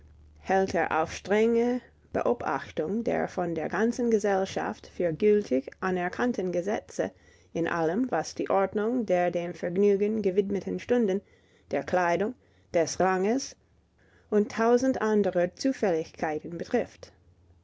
hält er auf strenge beobachtung der von der ganzen gesellschaft für gültig anerkannten gesetze in allem was die ordnung der dem vergnügen gewidmeten stunden der kleidung des ranges und tausend anderer zufälligkeiten betrifft